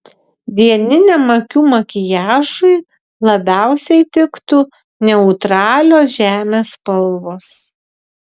dieniniam akių makiažui labiausiai tiktų neutralios žemės spalvos